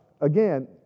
again